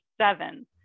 seven